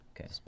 Okay